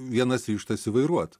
vienas ryžtasi vairuot